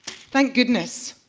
thank goodness,